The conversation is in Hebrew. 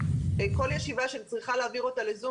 כל ישיבה שאני צריכה להעביר אותה ל-זום,